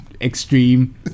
Extreme